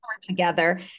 together